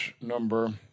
number